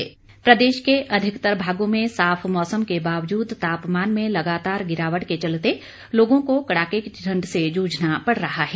मौसम प्रदेश के अधिकतर भागों में साफ मौसम के बावजूद तापमान में लगातार गिरावट के चलते लोगों को कड़ाके की ठंड से जूझना पड़ रहा है